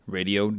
Radio